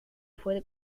fue